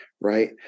Right